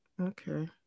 Okay